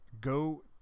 Go